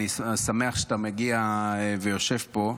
אני שמח שאתה מגיע ויושב פה.